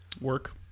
Work